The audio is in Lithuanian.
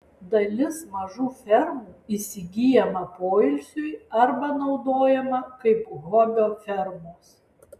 dalis mažų fermų įsigyjama poilsiui arba naudojama kaip hobio fermos